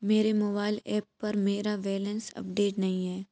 मेरे mobile app पर मेरा बैलेंस अपडेट नहीं है